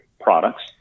products